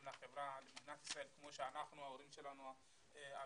לחברה במדינת ישראל כמו שההורים שלנו עלו.